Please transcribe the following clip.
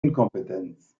inkompetenz